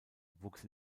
wuchs